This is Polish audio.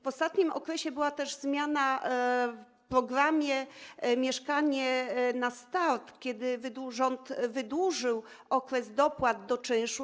W ostatnim okresie była też zmiana w programie „Mieszkanie na start”, kiedy rząd wydłużył okres dopłat do czynszu.